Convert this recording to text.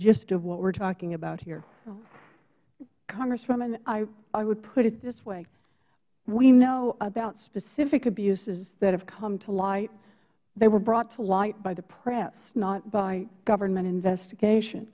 gist of what we are taking about here ms warren well congresswoman i would put it this way we know about specific abuses that have come to light they were brought to light by the press not by government investigation